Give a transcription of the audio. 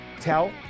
tell